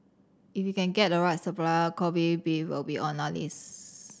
if we can get the right supplier Kobe beef will be on our list